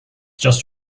just